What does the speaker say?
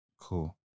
Cool